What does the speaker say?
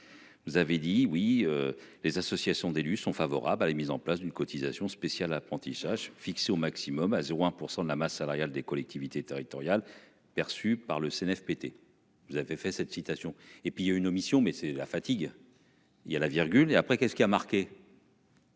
Vous avez dit oui. Les associations d'élus sont favorables à la mise en place d'une cotisation spéciale apprentissage fixé au maximum à 0 1 % de la masse salariale des collectivités territoriales perçue par le Cnfpt.-- Vous avez fait cette citation et puis il y a une omission mais c'est la fatigue. Il y a là et après qu'est-ce qui a marqué.